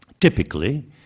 Typically